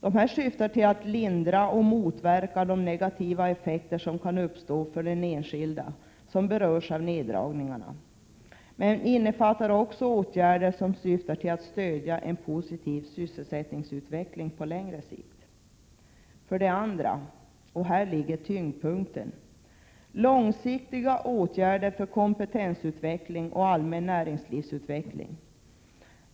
Dessa syftar till att lindra och motverka de negativa effekter som kan uppstå för de enskilda som berörs av neddragningarna, men innefattar också åtgärder som syftar till att stödja en positiv sysselsättningsutveckling på längre sikt. För det andra vidtas — och här ligger tyngdpunkten — långsiktiga åtgärder för kompetensutveckling och allmän näringslivsutveckling.